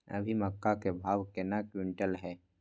अभी मक्का के भाव केना क्विंटल हय?